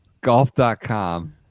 golf.com